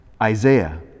Isaiah